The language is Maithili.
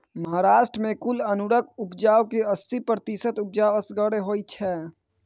महाराष्ट्र मे कुल अंगुरक उपजा केर अस्सी प्रतिशत उपजा असगरे होइ छै